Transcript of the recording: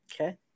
Okay